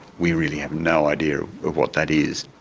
we really have no idea of what that is.